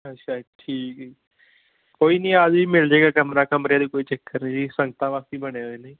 ਅੱਛਾ ਜੀ ਠੀਕ ਹੈ ਜੀ ਕੋਈ ਨਹੀਂ ਆ ਜਾਓ ਮਿਲ ਜਾਏਗਾ ਕਮਰਾ ਕਮਰੇ ਦੀ ਕੋਈ ਚੱਕਰ ਨਹੀਂ ਜੀ ਸੰਗਤਾਂ ਵਾਸਤੇ ਹੀ ਬਣੇ ਹੋਏ ਨੇ ਜੀ